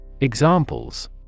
Examples